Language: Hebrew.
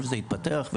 איך הדברים התפתחו,